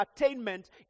attainment